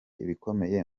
ibikomeye